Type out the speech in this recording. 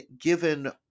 given